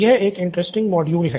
यह एक interesting module है